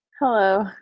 Hello